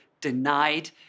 denied